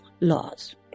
laws